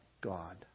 God